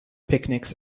picnics